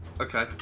Okay